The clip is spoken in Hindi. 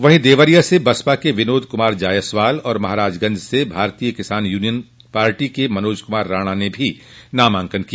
वहीं देवरिया से बसपा के विनोद कुमार जायसवाल और महराजगंज से भारतीय किसान यूनियन पार्टी के मनोज कुमार राणा ने भी नामांकन किया